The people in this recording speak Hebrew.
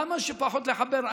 כמה שפחות לחבר.